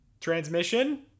transmission